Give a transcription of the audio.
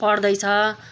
पढ्दैछ